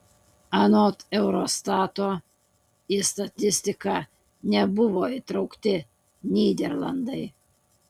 anot eurostato į statistiką nebuvo įtraukti nyderlandai